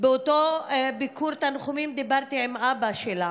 באותו ביקור תנחומים דיברתי עם אבא שלה